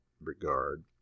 regard